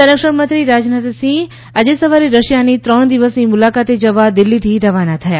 ઓ સંરક્ષણમંત્રી રાજનાથ સિંહ આજે સવારે રશિયાની ત્રણ દિવસની મુલાકાતે જવા દિલ્હીથી રવાના થયા